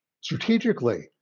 strategically